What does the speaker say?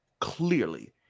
clearly